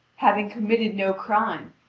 having committed no crime,